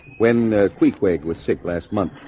when the queequeg was sick last month,